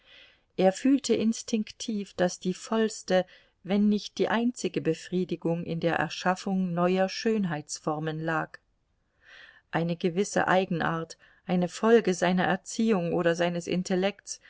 er fühlte instinktiv daß die vollste wenn nicht die einzige befriedigung in der erschaffung neuer schönheitsformen lag eine gewisse eigenart eine folge seiner erziehung oder seines intellekts